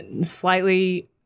slightly